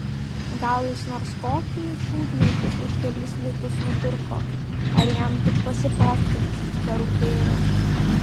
gal jis nors kokį šūdniekį už kelis litus nupirko ar jam tik pasifotkint terūpėjo